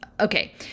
Okay